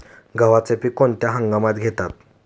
गव्हाचे पीक कोणत्या हंगामात घेतात?